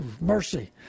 Mercy